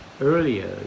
earlier